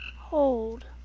Hold